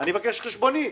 אני אבקש חשבונית.